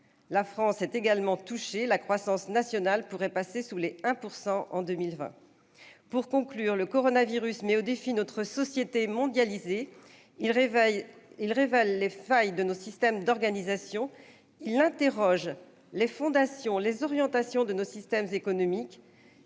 La France est également touchée : la croissance nationale pourrait passer sous les 1 % cette année. Pour conclure, le coronavirus met au défi notre société mondialisée. Il révèle les failles de nos systèmes d'organisation. Il conduit à s'interroger sur les fondations de nos systèmes économiques.